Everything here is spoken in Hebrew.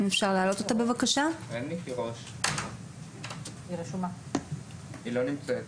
סליחה, היא פשוט לא נמצאת